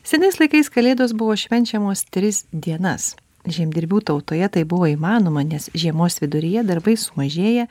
senais laikais kalėdos buvo švenčiamos tris dienas žemdirbių tautoje tai buvo įmanoma nes žiemos viduryje darbai sumažėja